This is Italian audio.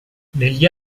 negli